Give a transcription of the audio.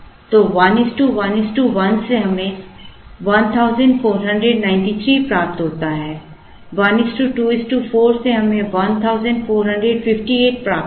तो 1 1 1 से हमें 1493 प्राप्त होता है 1 2 4 से हमें 1458 प्राप्त होगा